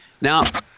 Now